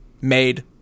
made